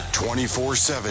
24-7